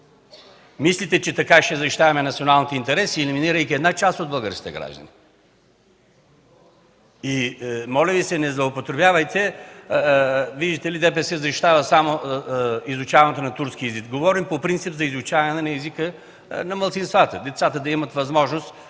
Мислите, че така ще защитаваме националните интереси, елиминирайки част от българските граждани?! Моля Ви, не злоупотребявайте, че видите ли, ДПС защитава изучаването на турски език. Говорим по принцип за изучаването на езика на малцинствата – децата да имат възможност